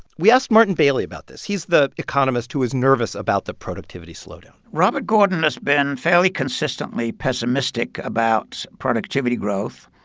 we asked martin baily about this. he's the economist who is nervous about the productivity slowdown robert gordon has been fairly consistently pessimistic about productivity growth.